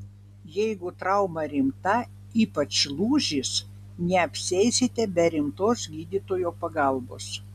jeigu trauma rimta ypač lūžis neapsieisite be rimtos gydytojo pagalbos